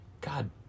God